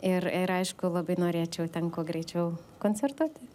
ir ir aišku labai norėčiau ten kuo greičiau koncertuoti